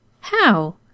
How